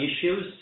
issues